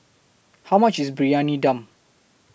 How much IS Briyani Dum